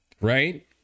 right